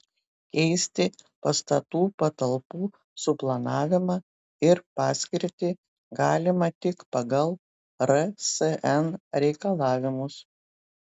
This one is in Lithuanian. keisti pastatų patalpų suplanavimą ir paskirtį galima tik pagal rsn reikalavimus